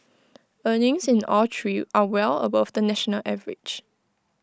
earnings in all three are well above the national average